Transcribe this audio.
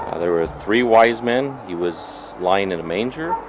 ah there were three wise men, he was lying in a manger,